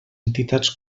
entitats